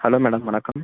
hello madam வணக்கம்